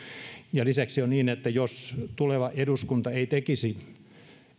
ja lisäksi on niin että jos tuleva eduskunta